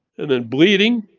and then bleeding.